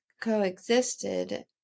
coexisted